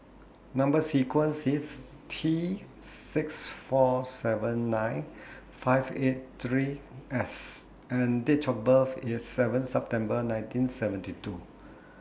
Number sequence IS T six four seven nine five eight three S and Date of birth IS seven September nineteen seventy two